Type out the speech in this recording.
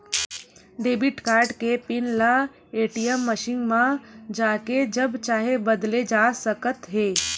debit card के PIN ल ATM machine म जाके जब चाहे बदले जा सकत हे